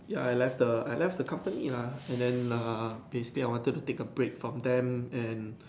ya I left the I left the company lah and then err basically I wanted to take a break from them and